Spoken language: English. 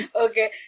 okay